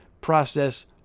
process